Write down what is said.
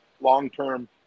long-term